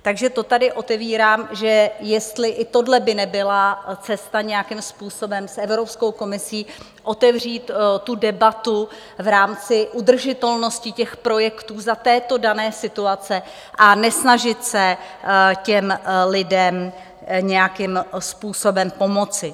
Takže to tady otevírám, jestli i tohle by nebyla cesta nějakým způsobem s Evropskou komisí otevřít tu debatu v rámci udržitelnosti těch projektů za této dané situace a nesnažit se těm lidem nějakým způsobem pomoci.